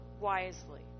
wisely